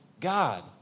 God